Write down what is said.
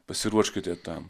pasiruoškite tam